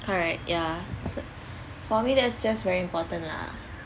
correct ya so for me that's just very important lah